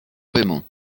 بمون